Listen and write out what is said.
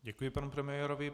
Děkuji panu premiérovi.